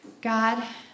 God